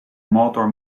motor